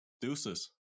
Deuces